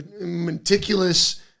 meticulous